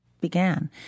began